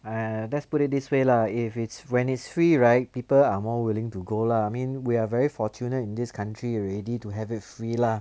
err let's put it this way lah if it's when it's free right people are more willing to go lah I mean we're very fortunate in this country already to have it free lah